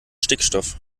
stickstoff